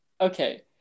okay